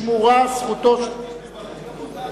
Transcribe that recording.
שמורה זכותו, מברך גם אותנו.